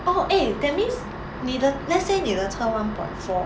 oh eh that means 你的 let's say 你的车 one point four